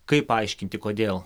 kaip paaiškinti kodėl